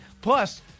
Plus